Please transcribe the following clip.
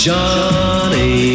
Johnny